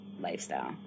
lifestyle